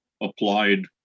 applied